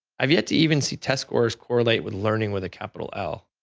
i've yet to even see test scores correlate with learning with a capital l,